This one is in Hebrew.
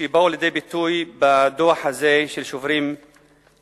שבאו לידי ביטוי בדוח הזה של "שוברים שתיקה".